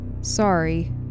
Sorry